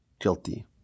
guilty